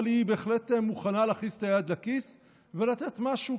אבל היא בהחלט מוכנה להכניס את היד לכיס ולתת משהו,